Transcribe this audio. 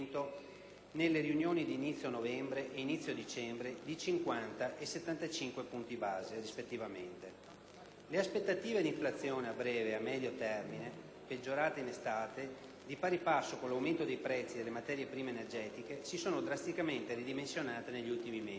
nelle riunioni di inizio novembre e inizio dicembre, di 50 e 75 punti base, rispettivamente. Le aspettative di inflazione a breve e a medio termine, peggiorate in estate di pari passo con l'aumento dei prezzi delle materie prime energetiche, si sono drasticamente ridimensionate negli ultimi mesi.